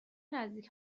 نزدیک